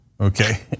okay